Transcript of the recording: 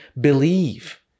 believe